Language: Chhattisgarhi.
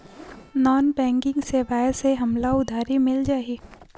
नॉन बैंकिंग सेवाएं से हमला उधारी मिल जाहि?